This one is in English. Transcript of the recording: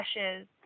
ashes